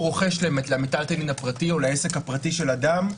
רוחש למטלטלין הפרטי או לעסק הפרטי של אדם,